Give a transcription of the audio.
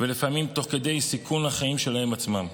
לפעמים תוך כדי סיכון החיים שלהם עצמם,